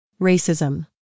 Racism